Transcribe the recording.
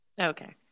okay